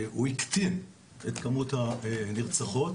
הוא הקטין את כמות הנרצחות,